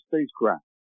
spacecraft